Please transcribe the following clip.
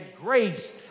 grace